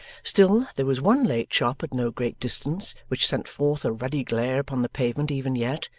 still, there was one late shop at no great distance which sent forth a ruddy glare upon the pavement even yet,